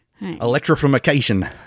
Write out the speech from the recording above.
Electrification